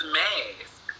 mask